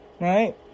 right